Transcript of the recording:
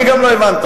גם אני לא הבנתי.